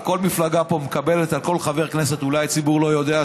כל מפלגה פה מקבלת על כל חבר כנסת אולי הציבור לא יודע,